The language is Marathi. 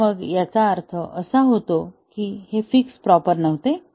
तर मग याचा अर्थ असा होतो की हे फिक्स प्रॉपर नव्हते